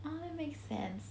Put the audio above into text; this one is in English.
ah make sense